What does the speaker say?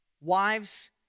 Wives